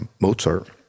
Mozart